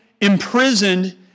imprisoned